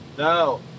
No